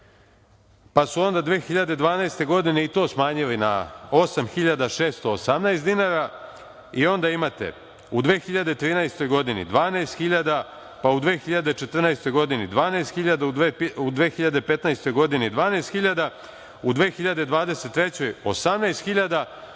pa su onda 2012. godine i to smanjili na 8.618 dinara i onda imate u 2013. godini 12.000, pa u 2014. godini 12.000, u 2015. godini 12.000, u 2023. godini 18.000